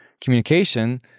communication